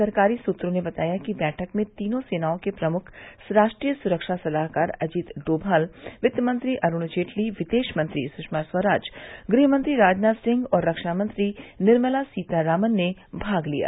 सरकारी सुत्रों ने बताया कि बैठक में तीनों सेनाओं के प्रमुख राष्ट्रीय सुरक्षा सलाहकार अजीत डोमाल वित्तमंत्री अरुण जेटली विदेश मंत्री सुषमा स्वराज गृहमंत्री राजनाथ सिंह और रक्षामंत्री निर्मला सीतारामन ने भाग लिया